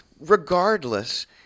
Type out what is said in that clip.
regardless